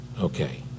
Okay